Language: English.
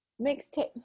mixtape